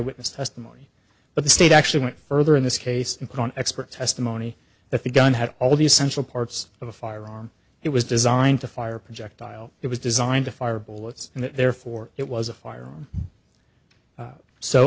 witness testimony but the state actually went further in this case in court expert testimony that the gun had all the essential parts of a firearm it was designed to fire projectile it was designed to fire bullets and therefore it was a fire